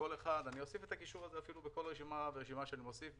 אני אוסיף את הקישור הזה אפילו בכל רשימה שאני מוסיף,